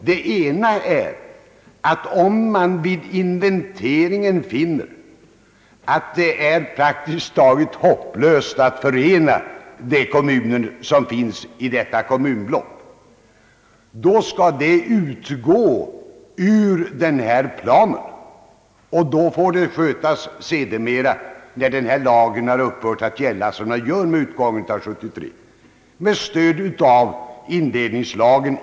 Det ena undantaget är att om man vid inventeringen finner det praktiskt taget hopplöst att förena de kommuner som ingår i ett kommunblock, så skall dessa kommuner utgå ur planen. Därest frågan om sammanläggning aktualiseras på nytt, får den tas upp sedermera, när den här lagen har upphört att gälla, vilket den ju gör i och med utgången av år 1973.